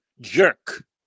jerk